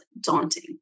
daunting